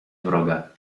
wroga